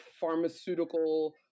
pharmaceutical